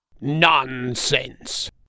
Nonsense